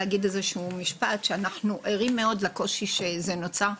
לומר שאנחנו ערים מאוד לקושי שנוצר.